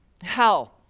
hell